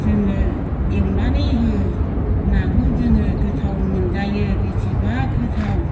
जोंनो एवनानै हो नाखौ जोङो गोथाव मोनजायो बेसेबा गोथाव